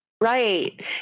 Right